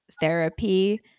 therapy